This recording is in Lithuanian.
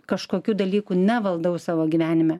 kažkokių dalykų nevaldau savo gyvenime